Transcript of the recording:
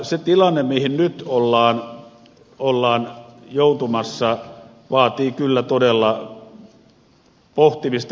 se tilanne mihin nyt ollaan joutumassa vaatii kyllä todella pohtimista